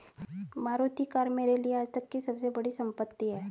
Maruti car मेरे लिए आजतक की सबसे बड़ी संपत्ति है